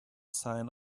sign